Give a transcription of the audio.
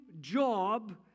job